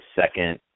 second